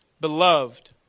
Beloved